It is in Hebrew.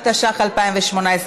התשע"ח 2018,